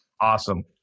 Awesome